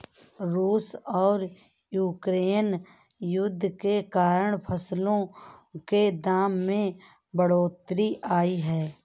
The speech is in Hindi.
रूस और यूक्रेन युद्ध के कारण फसलों के दाम में बढ़ोतरी आई है